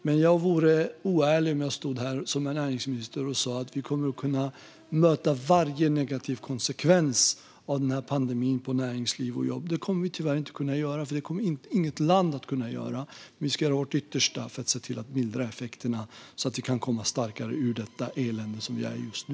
Men jag vore oärlig om jag stod här som näringsminister och sa att vi kommer att kunna möta varje negativ konsekvens som pandemin har på näringsliv och jobb. Det kommer vi tyvärr inte att kunna. Det kommer inget land att kunna. Men vi ska göra vårt yttersta för att mildra effekterna, så att vi kan komma starkare ur det elände som vi är i just nu.